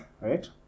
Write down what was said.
right